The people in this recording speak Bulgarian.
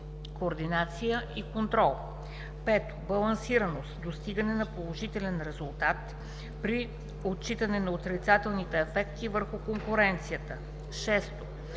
координация и контрол; 5. балансираност – достигане на положителен резултат при отчитане на отрицателните ефекти върху конкуренцията; 6.